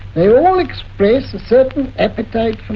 they all express a certain appetite